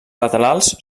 laterals